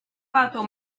pato